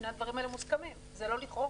שני הדברים האלה מוסכמים, זה לא לכאורה.